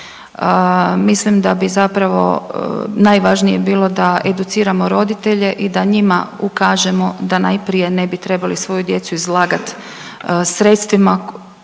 Mislim da bi zapravo najvažnije bilo da educiramo roditelje i da njima ukažemo da najprije ne bi trebali svoju djecu izlagati sredstvima